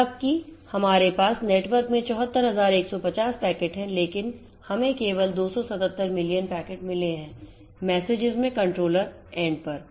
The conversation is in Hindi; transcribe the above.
हालांकि हमारे पास नेटवर्क में 74150 पैकेट हैं लेकिन हमें केवल 277 मिलियन पैकेट मिले हैं मेसेजेस में कंट्रोलर अंत पर